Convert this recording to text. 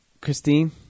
Christine